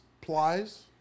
plies